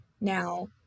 now